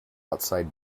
outside